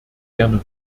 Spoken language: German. gerne